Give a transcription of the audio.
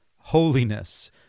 holiness